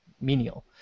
menial